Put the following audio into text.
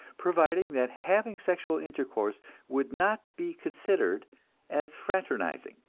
providing that having sexual intercourse would not be considered as fraternizing.